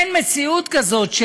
אין מציאות כזאת,